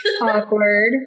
Awkward